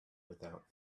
without